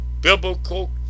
biblical